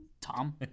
Tom